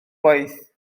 gwaith